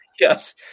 Yes